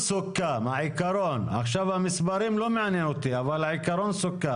עכשיו המספרים לא מעניין אותי, אבל העיקרון סוכם.